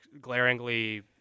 glaringly